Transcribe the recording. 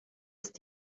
ist